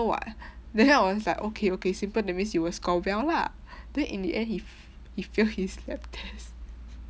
[what] then I was like okay okay simple that means you will score well lah then in the end he f~ he failed his lab test